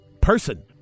person